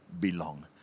belong